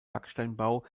backsteinbau